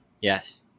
Yes